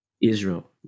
Israel